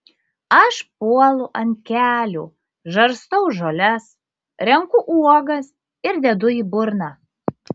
aš puolu ant kelių žarstau žoles renku uogas ir dedu į burną